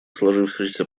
сложившейся